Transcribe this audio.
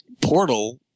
Portal